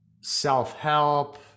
self-help